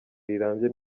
rirambye